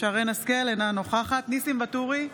אינה נוכחת ניסים ואטורי,